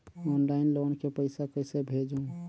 Online loan के पईसा कइसे भेजों?